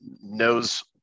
knows